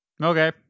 Okay